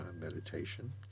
meditation